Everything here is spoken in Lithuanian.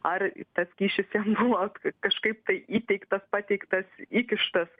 ar tas kyšis jam buvo kažkaip tai įteiktas pateiktas įkištas